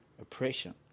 oppression